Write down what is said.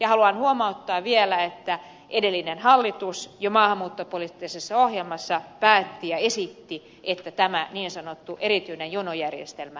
haluan huomauttaa vielä että edellinen hallitus jo maahanmuuttopoliittisessa ohjelmassaan päätti ja esitti että tämä niin sanottu erityinen jonojärjestelmä suljettaisiin